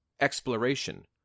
exploration